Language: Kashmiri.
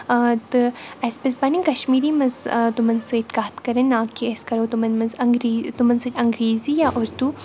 تہٕ اَسہِ پَزِ پَنٕنۍ کَشمیٖری منٛز تِمَن سۭتۍ کَتھ کَرٕنۍ نا کہِ أسۍ کَرو تِمَن منٛز اَنگری تِمَن سۭتۍ اَنگریٖزی یا اُردو